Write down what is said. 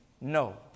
no